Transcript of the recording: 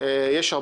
יכול